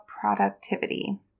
productivity